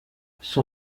son